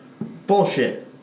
Bullshit